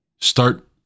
start